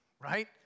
right